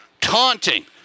taunting